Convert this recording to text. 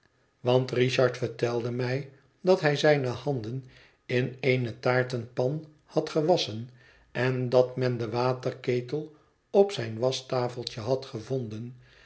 want richard vertelde mij dat hij zijne handen in eene taartenpan had gewasschen en dat men den waterketel op zijn waschtafeltje had gevonden